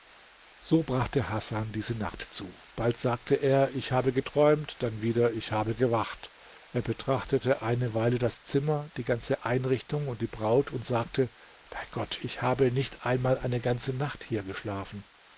so brachte hasan diese nacht zu bald sagte er ich habe geträumt dann wieder ich habe gewacht er betrachtete eine weile das zimmer die ganze einrichtung und die braut und sagte bei gott ich habe nicht einmal eine ganze nacht hier geschlafen